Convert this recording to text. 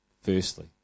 firstly